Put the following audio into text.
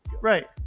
Right